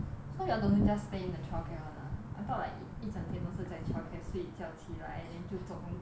so you are the only just play in the child care [one] I thought like 一整天都是在 child care 睡觉起来 then 就做功课